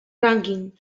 rànquing